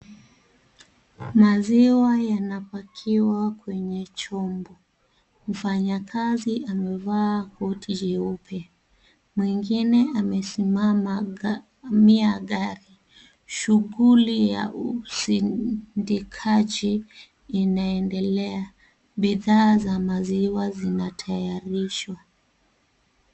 Maziwa yanapakiwa kwenye chombo. Mfanyakazi amevaa koti jeupe. Mwengine amesimama near gari. Shughuli ya usindikaji inaendelea. Bidhaa za maziwa zinatayarishwa.